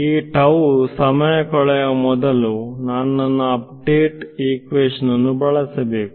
ಈ ಸಮಯ ಕಳೆಯುವ ಮೊದಲು ನಾನು ನನ್ನ ಅಪ್ಡೇಟ್ ಇಕ್ವೇಶನ್ ಅನ್ನು ಬಳಸಬೇಕು